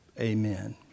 amen